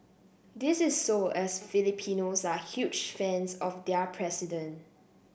this is so as Filipinos are huge fans of their president